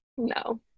no